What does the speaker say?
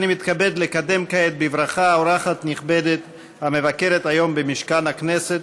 אני מתכבד לקדם כעת בברכה אורחת נכבדת המבקרת היום במשכן הכנסת,